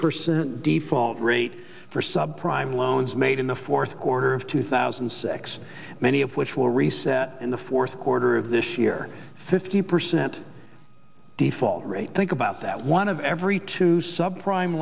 percent default rate for sub prime loans made in the fourth quarter of two thousand and six many of which will reset in the fourth quarter of this year fifty percent default rate think about that one of every two sub prime